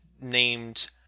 named